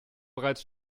bereits